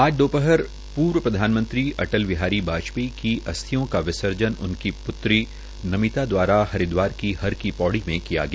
आज दोपहर पूर्व प्रधानमंत्री अटल बिहारी वाजपेयी की अस्थियों का विर्स्जन उनकी प्त्री नमिता द्वारा हरिद्वार की हर की पौड़ी में किया गया